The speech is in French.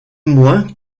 moins